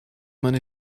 meine